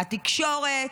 התקשורת?